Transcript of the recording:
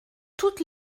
toutes